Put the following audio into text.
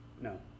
No